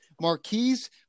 Marquise